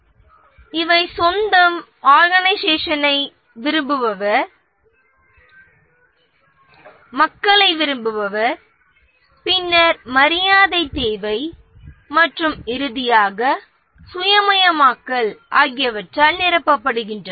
பாதுகாப்பு மற்றும் சமூகத் தேவைகள் அதன் பின் சொந்தம் ஆர்கனைசேஷனை விரும்புபவர் மக்களை விரும்புபவர் பின்னர் மரியாதை தேவை மற்றும் இறுதியாக சுயமயமாக்கல் ஆகியவற்றால் நிரப்பப்படுகின்றன